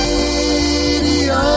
Radio